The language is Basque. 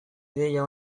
ideia